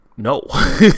no